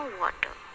water